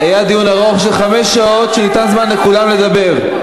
היה דיון ארוך של חמש שעות וניתן זמן לכולם לדבר.